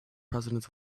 presidents